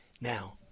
now